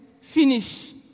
finish